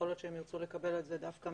ויכול להיות שהם ירצו לקבל על זה דווקא